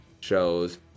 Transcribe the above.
shows